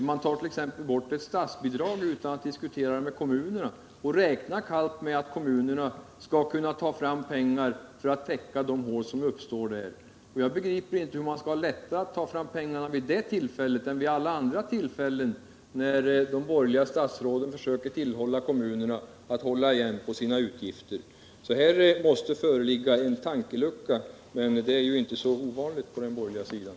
Man tar t.ex. bort ett statsbidrag utan att diskutera med kommunerna och räknar kallt med att kommunerna skall kunna ta fram pengar för att täcka de hål som uppstår. Jag begriper inte hur det skall vara lättare att ta fram pengarna vid det tillfället än vid alla andra tillfällen, när de borgerliga statsråden försöker tillhålla kommunerna att hålla igen på sina utgifter. Här måste föreligga en tankelucka, men det är ju inte så ovanligt på den borgerliga sidan.